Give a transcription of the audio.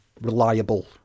reliable